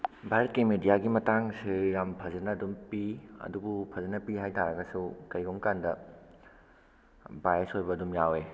ꯚꯥꯔꯠꯀꯤ ꯃꯦꯗꯤꯌꯥꯒꯤ ꯃꯇꯥꯡꯁꯦ ꯌꯥꯝ ꯐꯖꯅ ꯑꯗꯨꯝ ꯄꯤ ꯑꯗꯨꯕꯨ ꯐꯖꯅ ꯄꯤ ꯍꯥꯏ ꯇꯥꯔꯒꯁꯨ ꯀꯩꯒꯨꯝ ꯀꯥꯟꯗ ꯕꯥꯏꯁ ꯑꯣꯏꯕ ꯑꯗꯨꯝ ꯌꯥꯎꯋꯦ